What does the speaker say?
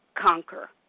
conquer